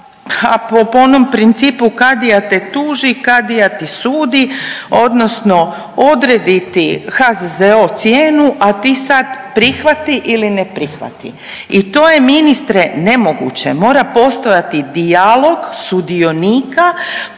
ha po onom principu kadija te tuži, kadija tu sudi, odnosno odredit ti HZZO cijenu, a ti sad prihvati ili ne prihvati i to je ministre, ne moguće, mora postojati dijalog sudionika